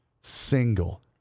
single